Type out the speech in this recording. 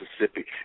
Mississippi